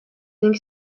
think